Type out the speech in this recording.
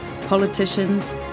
politicians